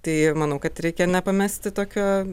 tai manau kad reikia nepamesti tokio